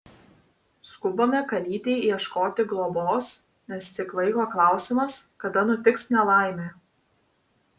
skubame kalytei ieškoti globos nes tik laiko klausimas kada nutiks nelaimė